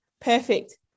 Perfect